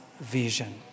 vision